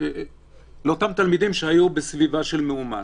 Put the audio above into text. לאותם תלמידים שהיו בסביבה של מאומת.